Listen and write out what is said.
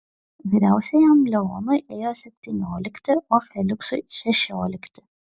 vyriausiajam leonui ėjo septyniolikti o feliksui šešiolikti